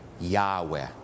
Yahweh